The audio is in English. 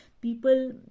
people